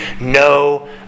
no